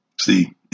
See